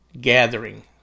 gathering